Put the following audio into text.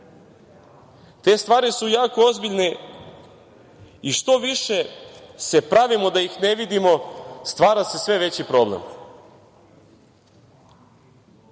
Te stvari su jako ozbiljne i što više se pravimo da ih ne vidimo, stvara se sve veći problem. Ovih